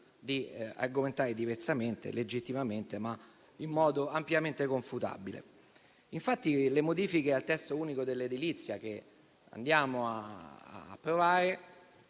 di argomentare diversamente: legittimamente, ma in modo ampiamente confutabile. Infatti, le modifiche al testo unico dell'edilizia che ci accingiamo ad approvare,